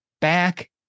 back